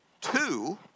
two